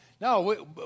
No